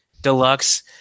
deluxe